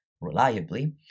reliably